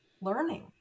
learning